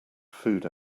food